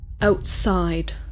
outside